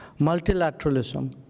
multilateralism